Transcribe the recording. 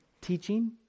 teaching